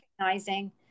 recognizing